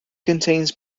contains